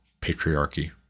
patriarchy